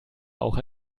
auch